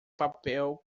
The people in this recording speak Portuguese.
papel